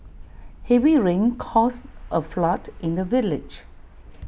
heavy rain caused A flood in the village